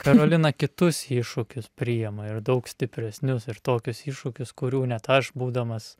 karolina kitus iššūkius priima ir daug stipresnius ir tokius iššūkius kurių net aš būdamas